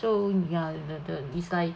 so ya the the is like